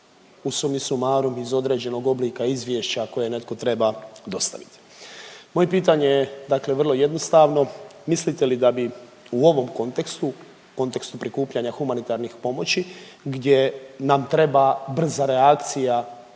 u summi summarum iz određenog oblika izvješća koje netko treba dostaviti. Moje pitanje je dakle vrlo jednostavno, mislite li da bi u ovom kontekstu, kontekstu prikupljanja humanitarnih pomoći gdje nam treba brza reakcija